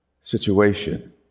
situation